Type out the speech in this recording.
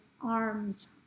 arms